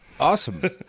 Awesome